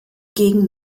gegen